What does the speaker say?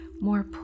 more